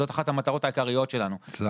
זו אחת המטרות העיקריות שלנו,